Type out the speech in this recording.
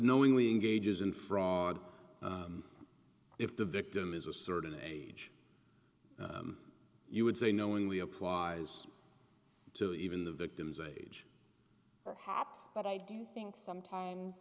knowingly engages in fraud and if the victim is a certain age you would say knowingly applies to even the victim's age perhaps but i do think sometimes